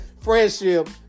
Friendship